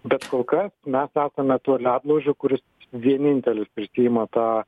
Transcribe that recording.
bet kol kas mes esame tuo ledlaužiu kuris vienintelis prisiima tą